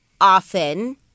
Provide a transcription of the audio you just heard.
often